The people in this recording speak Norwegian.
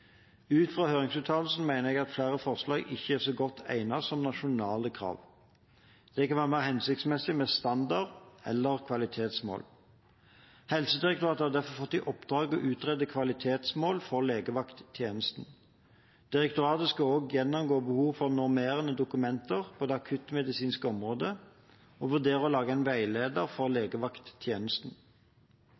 Ut fra høringsuttalelsene mener jeg at flere forslag ikke er så godt egnet som nasjonale krav. Det kan være mer hensiktsmessig med standarder eller kvalitetsmål. Helsedirektoratet har derfor fått i oppdrag å utrede kvalitetsmål for legevakttjenesten. Direktoratet skal også gjennomgå behovet for normerende dokumenter på det akuttmedisinske området og vurdere å lage en veileder for legevakttjenesten.